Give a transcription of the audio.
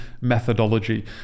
methodology